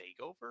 Takeover